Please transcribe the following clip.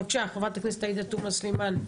בבקשה, חה"כ עאידה תומא סלימאן.